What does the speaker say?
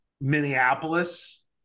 Minneapolis